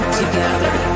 together